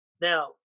Now